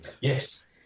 yes